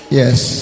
yes